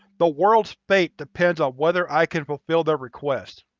the world's fate depends on whether i can fulfill their requests.